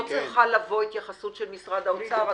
פה צריכה לבוא התייחסות של משרד האוצר.